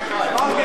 בעד,